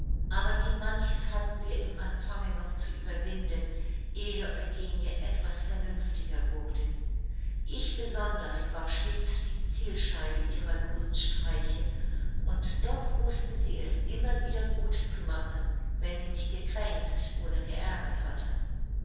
aber wie manches hatten wir im anfange noch zu überwinden ehe eugenie etwas vernünftiger wurde ich besonders war stets die zielscheibe ihrer losen streiche und doch wußte sie es immer wieder gut zu machen wenn sie mich gekränkt oder geärgert hatte